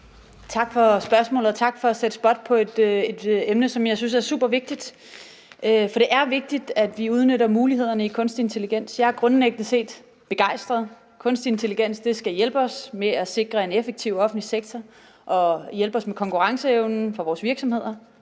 Tak for spørgsmålet, og tak for at sætte spot på et emne, som jeg synes er super vigtigt. For det er vigtigt, at vi udnytter mulighederne i kunstig intelligens. Jeg er grundlæggende set begejstret. Kunstig intelligens skal hjælpe os med at sikre en effektiv offentlig sektor og hjælpe os med konkurrenceevnen for vores virksomheder,